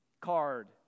card